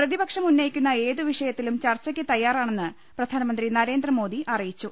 പ്രതിപക്ഷം ഉന്നയിക്കുന്ന ഏതു വിഷയത്തിലും ചർച്ചയ്ക്ക് തയ്യാറാണെന്ന് പ്രധാനമന്ത്രി നരേന്ദ്രമോദി അറിയിച്ചു